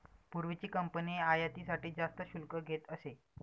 पूर्वीची कंपनी आयातीसाठी जास्त शुल्क घेत असे